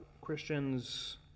Christians